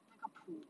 那个谱